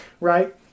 right